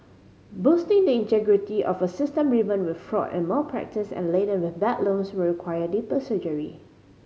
boosting the integrity of a system riven with fraud and malpractice and laden with bad loans will require deeper surgery